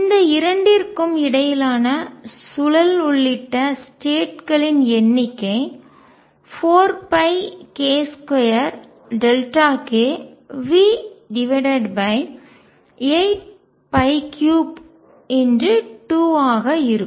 இந்த இரண்டிற்கும் இடையிலான சுழல் உள்ளிட்ட ஸ்டேட் களின் எண்ணிக்கை 4πk2kV83×2 ஆக இருக்கும்